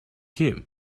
him